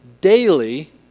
daily